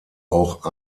auch